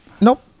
nope